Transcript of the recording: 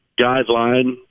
guideline